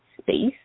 space